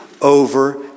over